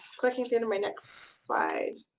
clicking through to my next slide.